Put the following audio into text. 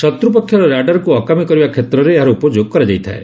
ଶତ୍ରପକ୍ଷର ର୍ୟାଡାରକୁ ଅକାମି କରିବା କ୍ଷେତ୍ରରେ ଏହାର ଉପଯୋଗ କରାଯାଇଥାଏ